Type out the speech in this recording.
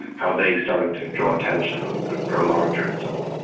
how they started to draw attention, grow larger and so on.